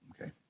Okay